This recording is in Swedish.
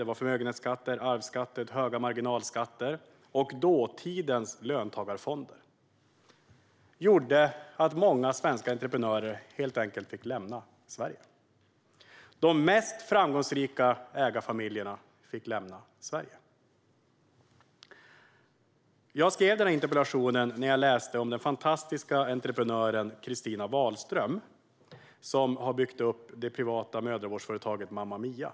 Det var förmögenhetsskatter, arvsskatter, höga marginalskatter och dåtidens löntagarfonder. Det gjorde att många svenska entreprenörer helt enkelt fick lämna Sverige. De mest framgångsrika ägarfamiljerna fick lämna Sverige. Jag skrev denna interpellation när jag läst om den fantastiska entreprenören Christina Wahlström, som har byggt upp det privata mödravårdsföretaget Mama Mia.